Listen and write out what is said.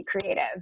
creative